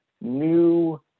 new